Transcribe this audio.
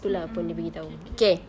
mm mm okay okay